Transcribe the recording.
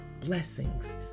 blessings